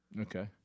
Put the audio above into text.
Okay